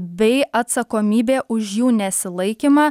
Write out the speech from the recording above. bei atsakomybė už jų nesilaikymą